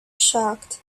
shocked